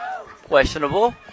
questionable